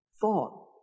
thought